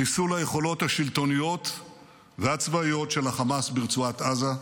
חיסול היכולות השלטוניות והצבאיות של חמאס ברצועת עזה,